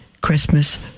Christmas